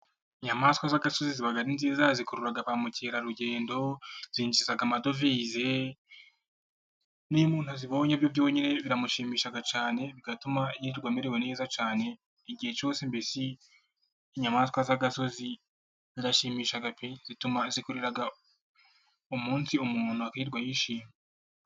Inyamaswa z'agasozi ziba ari nziza zikurura ba mukerarugendo, zinjiza amadovize, n'iyo umuntu azibonye byo byonyine biramushimisha cyane bigatuma yirirwa amerewe neza cyane, igihe cyose mbese inyamaswa z'agasozi zirashimisha pe! Zikorera umunsi umuntu akirirwa yishimye.